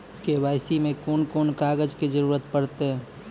KYC मे कून कून कागजक जरूरत परतै?